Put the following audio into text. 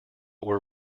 were